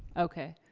okay,